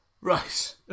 Right